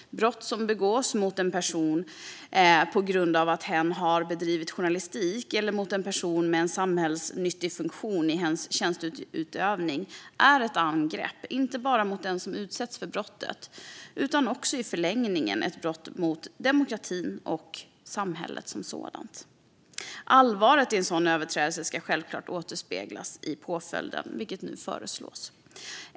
Brott som begås mot en person på grund av att hen har bedrivit journalistik eller mot en person med en samhällsnyttig funktion i hens tjänsteutövning är ett angrepp inte bara mot den som utsätts för brottet utan i förlängningen även mot demokratin och samhället som sådant. Allvaret i en sådan överträdelse ska självklart återspeglas i påföljden, vilket nu föreslås.